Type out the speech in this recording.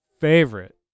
favorite